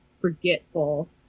forgetful